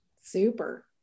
super